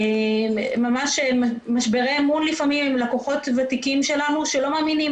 ממש משברי אמון לפעמים עם לקוחות ותיקים שלנו שלא מאמינים,